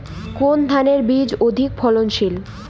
কোন ধানের বীজ অধিক ফলনশীল?